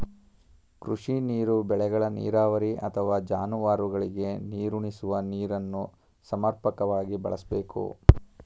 ಕೃಷಿ ನೀರು ಬೆಳೆಗಳ ನೀರಾವರಿ ಅಥವಾ ಜಾನುವಾರುಗಳಿಗೆ ನೀರುಣಿಸುವ ನೀರನ್ನು ಸಮರ್ಪಕವಾಗಿ ಬಳಸ್ಬೇಕು